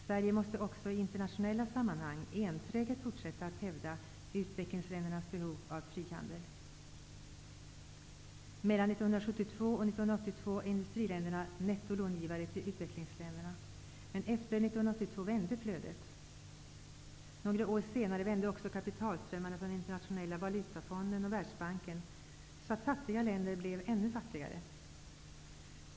Sverige måste också i internationella sammanhang enträget fortsätta att hävda utvecklingsländernas behov av frihandel. Mellan 1972 och 1982 var industriländerna netto långivare till utvecklingsländerna, men efter 1982 vände flödet. Några år senare vände också kapitalströmmarna från Internationella valutafonden och Världsbanken, så att fattiga länder blev ännu fattigare.